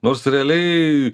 nors realiai